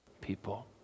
people